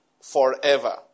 forever